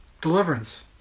Deliverance